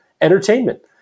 entertainment